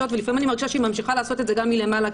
ולפעמים אני מרגישה שהיא ממשיכה לעשות את זה גם מלמעלה.